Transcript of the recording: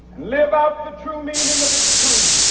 live out the true meaning of its creed.